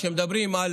כשמדברים על